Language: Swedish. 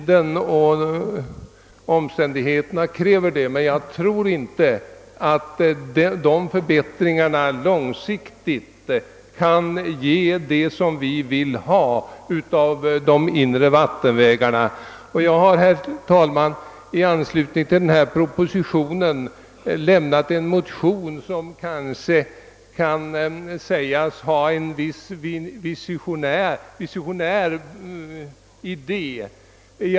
Dessa förbättringar kan dock inte på lång sikt ge oss det vi önskar av de inre vattenvägarna, och jag har därför i anslutning till propositionen avlämnat en motion som innehåller vad jag skulle vilja kalla en mer visionär idé.